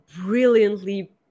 brilliantly